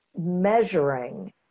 measuring